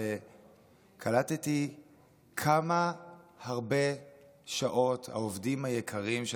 וקלטתי כמה הרבה שעות העובדים היקרים של